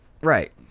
right